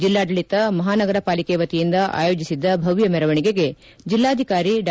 ಜಿಲ್ಲಾಡಳಿತ ಮಹಾನಗರ ಪಾಲಿಕೆ ವತಿಯಿಂದ ಆಯೋಜಿಸಿದ್ದ ಭವ್ಯ ಮೆರವಣಿಗೆಗೆ ಜಿಲ್ಲಾಧಿಕಾರಿ ಡಾ